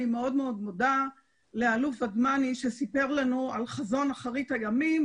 אני מאוד מודה לתת-אלוף ודמני שסיפר לנו על חזון אחרית הימים,